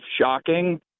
shocking